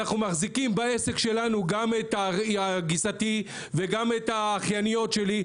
אנחנו מחזיקים בעסק שלנו גם את גיסתי וגם את האחייניות שלי,